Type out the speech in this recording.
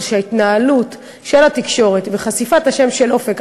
זה שההתנהלות של התקשורת וחשיפת השם של אופק,